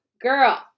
girl